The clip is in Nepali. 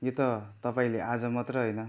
यो त तपाईँले आज मात्र होइन